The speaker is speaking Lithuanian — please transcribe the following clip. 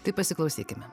taip pasiklausykime